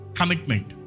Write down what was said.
commitment